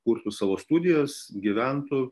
kurtų savo studijos gyventų